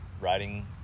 riding